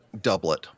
doublet